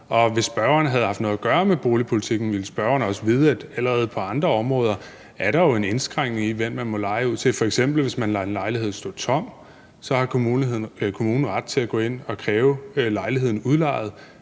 hvis spørgeren havde haft noget at gøre med boligpolitikken, ville spørgeren også vide, at der jo allerede på andre områder er en indskrænkning i, hvem man må leje ud til. Hvis man f.eks. lader en lejlighed stå tom, har kommunen ret til at gå ind og kræve lejligheden udlejet,